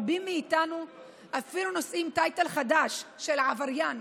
רבים מאיתנו אפילו נושאים טייטל חדש של עבריין,